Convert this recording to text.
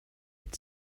had